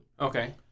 Okay